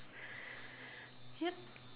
yup